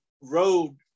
road